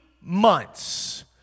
months